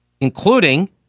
including